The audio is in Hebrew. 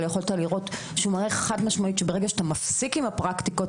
אבל יכולת לראות שהוא מראה חד משמעית שברגע שאתה מפסיק עם הפרקטיקות